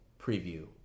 preview